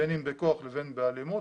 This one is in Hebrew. בין אם בכוח ובין אם באלימות,